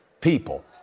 people